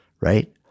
right